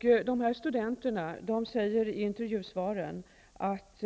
Dessa studenter säger i intervjusvaren att